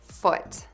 foot